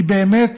כי באמת